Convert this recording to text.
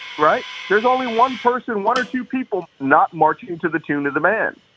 right? there's only one person, one or two people, not marching to the tune of the man.